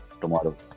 tomorrow